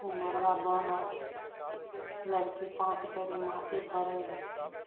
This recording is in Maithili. ओ मड़बा बनल लड़की पाँच दउरी माटि भरै हिकै